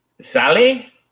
Sally